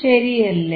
ശരിയല്ലേ